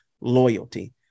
loyalty